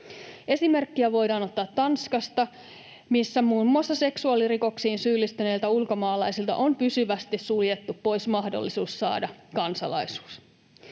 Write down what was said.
Esimerkkiä voidaan ottaa Tanskasta, missä muun muassa seksuaalirikoksiin syyllistyneiltä ulkomaalaisilta on pysyvästi suljettu pois mahdollisuus saada kansalaisuus.